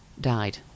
died